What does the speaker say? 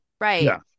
right